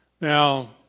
Now